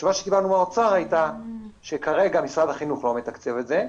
התשובה שקיבלנו מהאוצר הייתה שכרגע משרד החינוך לא מתקצב את זה,